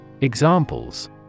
Examples